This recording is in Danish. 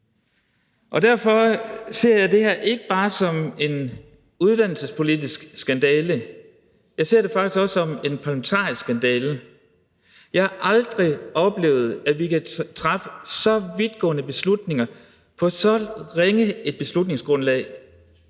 på? Derfor ser jeg ikke bare det her som en uddannelsespolitisk skandale, jeg ser det faktisk også som en parlamentarisk skandale. Jeg har aldrig oplevet, at vi kan træffe så vidtgående beslutninger på så ringe et beslutningsgrundlag.